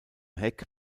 heck